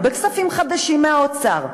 לא בכספים חדשים מהאוצר,